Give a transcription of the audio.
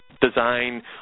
design